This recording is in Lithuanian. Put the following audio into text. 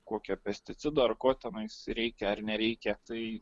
kokia pesticidų ar ko tenais reikia ar nereikia tai